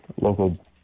local